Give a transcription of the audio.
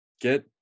get